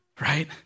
Right